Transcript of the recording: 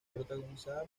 protagonizada